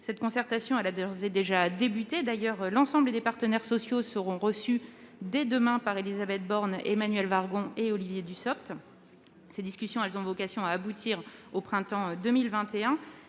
Cette concertation a d'ores et déjà commencé. D'ailleurs, l'ensemble des partenaires sociaux seront reçus, dès demain, par Élisabeth Borne, Emmanuelle Wargon et Olivier Dussopt. Ces discussions ont vocation à aboutir au printemps de 2021.